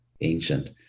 ancient